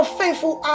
faithful